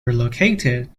relocated